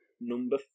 number